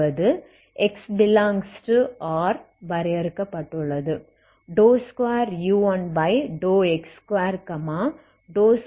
அதாவது x∈Rவரையறுக்கப்பட்டுள்ளது